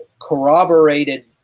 corroborated